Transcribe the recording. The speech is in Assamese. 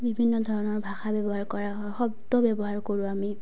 বিভিন্ন ধৰণৰ ভাষা ব্যৱহাৰ কৰা হয় শব্দ ব্যৱহাৰ কৰোঁ আমি